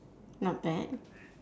not bad